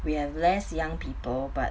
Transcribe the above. we have less young people but